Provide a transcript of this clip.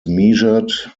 measured